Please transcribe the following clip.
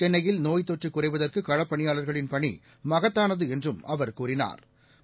சென்னையில் நோய் தொற்றுகுறைவதற்குகளப்பணியாளர்களின் பணிமகத்தானதுஎன்றும் அவர் கூறினா்